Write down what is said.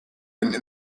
into